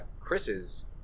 Chris's